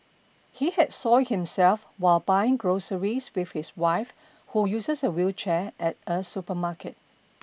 he had soiled himself while buying groceries with his wife who uses a wheelchair at a supermarket